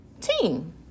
team